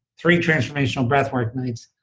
three transformational breath work nights.